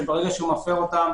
שברגע שהוא מפר אותן,